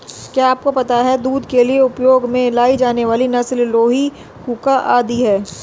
क्या आपको पता है दूध के लिए उपयोग में लाई जाने वाली नस्ल लोही, कूका आदि है?